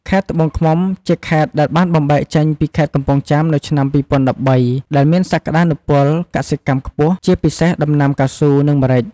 ខេត្តត្បូងឃ្មុំ ជាខេត្តដែលបានបំបែកចេញពីខេត្តកំពង់ចាមនៅឆ្នាំ ២០១៣ ដែលមានសក្តានុពលកសិកម្មខ្ពស់ ជាពិសេសដំណាំកៅស៊ូ និងម្រេច។